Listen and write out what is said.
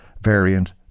variant